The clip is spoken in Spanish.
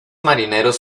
marineros